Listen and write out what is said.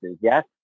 yes